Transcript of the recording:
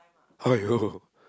!aiyo!